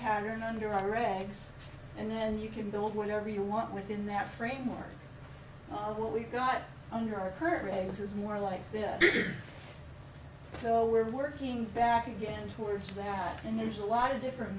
pattern under a reg and then you can build whatever you want within that framework of what we've got under our current regs is more like this so we're working back again towards gap and there's a lot of different